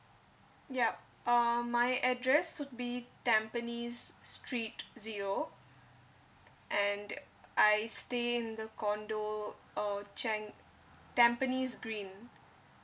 yup uh my address would tampines street zero and I stay in the condo uh cheng tampines green